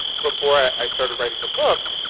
before i started writing the book.